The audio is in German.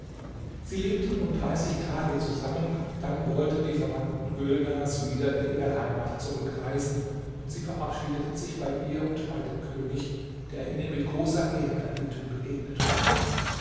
sie lebten nun dreißig tage zusammen dann wollten die verwandten gülnars wieder in ihre heimat zurückreisen und sie verabschiedeten sich bei ihr und bei dem könig der ihnen mit großer ehrerbietung begegnet war